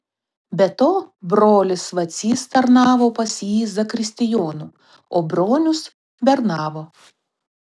be to brolis vacys tarnavo pas jį zakristijonu o bronius bernavo